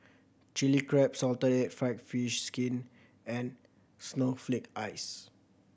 Chilli Crab salted egg fried fish skin and snowflake ice